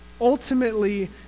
Ultimately